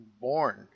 born